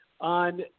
on